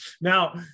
Now